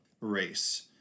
race